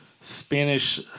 Spanish